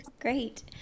Great